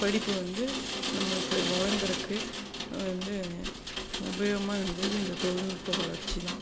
படிப்பு வந்து நம்மளுக்கு வழங்கறதுக்கு வந்து உபயோகமாக இருந்தது இந்த தொழில்நுட்ப வளர்ச்சி தான்